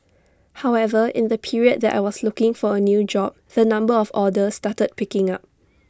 however in the period that I was looking for A new job the number of orders started picking up